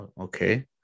Okay